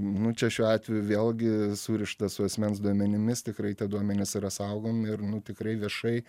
nu čia šiuo atveju vėlgi surišta su asmens duomenimis tikrai tie duomenys yra saugomi ir nu tikrai viešai